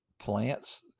plants